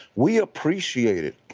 we appreciated.